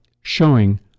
showing